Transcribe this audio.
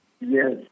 Yes